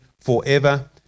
forever